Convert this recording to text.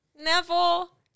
Neville